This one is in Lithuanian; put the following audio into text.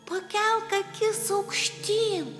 pakelk akis aukštyn